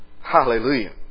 Hallelujah